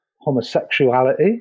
homosexuality